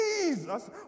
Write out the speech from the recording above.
Jesus